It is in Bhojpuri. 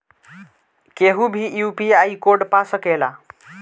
केहू भी यू.पी.आई कोड पा सकेला?